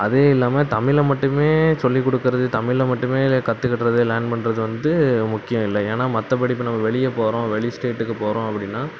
அதே இல்லாமல் தமிழை மட்டுமே சொல்லிக் கொடுக்குறது தமிழ்ல மட்டுமே கற்றுக்குறது லார்ன் பண்ணுறது வந்து முக்கியம் இல்லை ஏன்னா மற்ற படிப்பு நம்ம வெளியப் போகறோம் வெளி ஸ்டேட்டுக்கு போகறோம் அப்படின்னா